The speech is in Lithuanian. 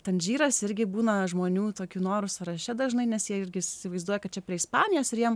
tanžyras irgi būna žmonių tokių norų sąraše dažnai nes jie irgi įsivaizduoja kad čia prie ispanijos ir jiem